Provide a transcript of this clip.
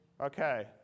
Okay